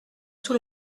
tout